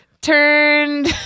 turned